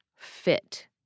fit